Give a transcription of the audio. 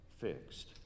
fixed